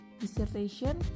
dissertation